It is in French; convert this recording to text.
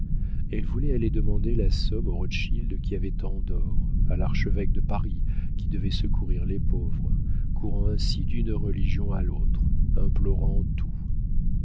elle voulait aller demander la somme aux rothschild qui avaient tant d'or à l'archevêque de paris qui devait secourir les pauvres courant ainsi d'une religion à l'autre implorant tout